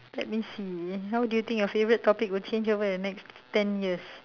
let me see how do you think your favorite topic will change over the next ten years